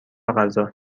غذا